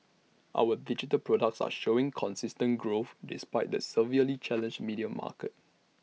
our digital products are showing consistent growth despite the severely challenged media market